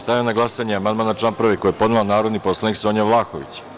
Stavljam na glasanje amandman na član 1. koji je podnela narodni poslanik Sonja Vlahović.